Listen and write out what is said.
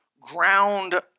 ground